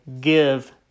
give